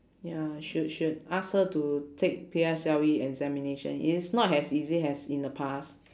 ya should should ask her to take P_S_L_E examination it's not as easy as in the past